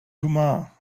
kumar